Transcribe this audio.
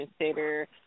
consider